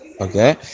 Okay